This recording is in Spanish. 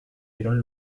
dieron